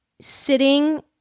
sitting